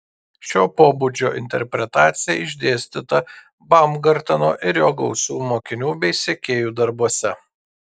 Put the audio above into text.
šio pobūdžio interpretacija išdėstyta baumgarteno ir jo gausių mokinių bei sekėjų darbuose